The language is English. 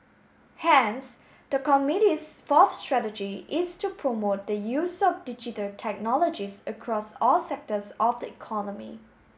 hence the committee's fourth strategy is to promote the use of digital technologies across all sectors of the economy